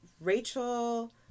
Rachel